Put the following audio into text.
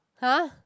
[huh]